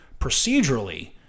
procedurally